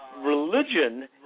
Religion